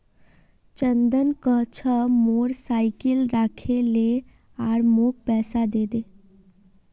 चंदन कह छ मोर साइकिल राखे ले आर मौक पैसा दे दे